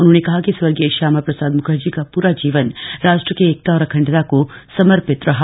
उन्होंने कहा कि स्वर्गीय श्यामा प्रसाद मुखर्जी का पूरा जीवन राष्ट्र की एकता और अखंडता को समर्पित रहा